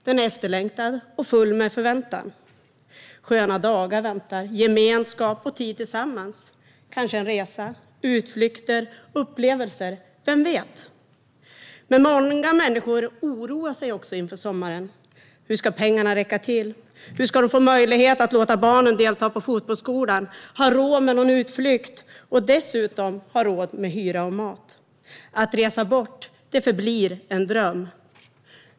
Den är efterlängtad och full av förväntan. Sköna dagar väntar, gemenskap och tid tillsammans, kanske en resa, utflykter, upplevelser - vem vet? Men många människor oroar sig också inför sommaren. Hur ska pengarna räcka till? Hur ska de få möjlighet att låta barnen delta i fotbollsskolan, ha råd med någon utflykt och dessutom ha råd med hyra och mat? Att resa bort förblir en dröm.